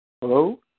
Hello